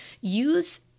use